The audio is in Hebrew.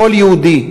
לכל יהודי,